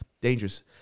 dangerous